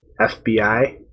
fbi